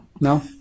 No